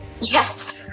yes